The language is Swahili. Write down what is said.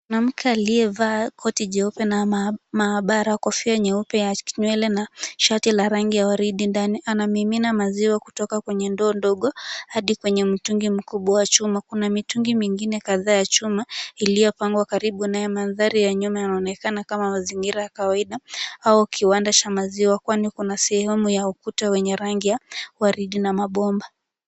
Mwanamke aliyevaa koti jeupe la maabara, kofia nyeupe ya nywele na shati la rangi ya waridi ndani anamimina maziwa kutoka kwenye ndoo ndogo hadi kwenye mtungi mkubwa wa chuma. Kuna mitungi mingine kadhaa ya chuma iliyopangwa karibu na mandhari ya nyuma yanaonekana kama mazingira ya kawaida au kiwanda cha maziwa kwani kuna sehemu ya ukuta wenye rangi ya waridi na mabomba.